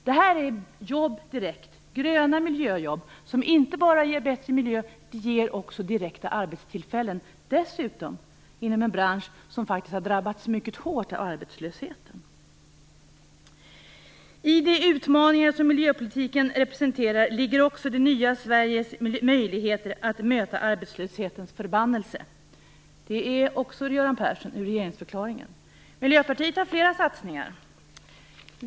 Detta är gröna miljöjobb som inte bara ger bättre miljö utan också direkta arbetstillfällen, dessutom i en bransch som faktiskt har drabbats mycket hårt av arbetslösheten. I de utmaningar som miljöpolitiken representerar ligger också det nya Sveriges möjligheter att möta arbetslöshetens förbannelse. Detta har också sagts av Miljöpartiet har flera satsningar.